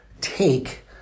take